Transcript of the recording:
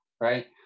right